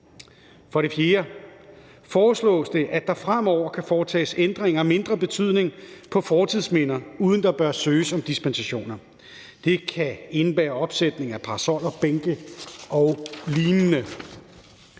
For det fjerde foreslås det, at der fremover kan foretages ændringer af mindre betydning på fortidsminder, uden at der skal søges om dispensation. Det kan indebære opsætning af parasoller, bænke og lignende.